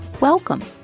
Welcome